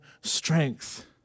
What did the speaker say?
strength